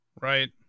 right